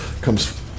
comes